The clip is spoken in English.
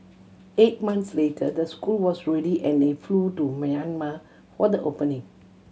eight months later the school was ready and he flew to Myanmar for the opening